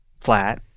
flat